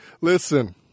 Listen